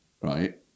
right